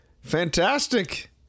Fantastic